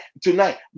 tonight